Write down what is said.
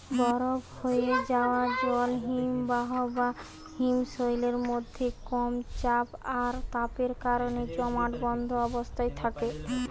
বরফ হোয়ে যায়া জল হিমবাহ বা হিমশৈলের মধ্যে কম চাপ আর তাপের কারণে জমাটবদ্ধ অবস্থায় থাকে